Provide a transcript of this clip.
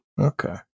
Okay